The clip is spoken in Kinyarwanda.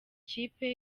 kipe